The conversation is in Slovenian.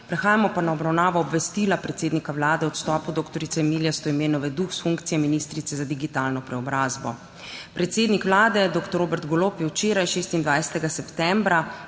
Prehajamo pa na obravnavo Obvestila predsednika Vlade o odstopu dr. Emilije Stojmenove Duh s funkcije ministrice za digitalno preobrazbo. Predsednik Vlade dr. Robert Golob je včeraj, 26. septembra